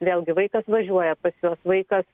vėlgi vaikas važiuoja pas juos vaikas